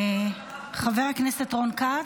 חבר הכנסת רון כץ,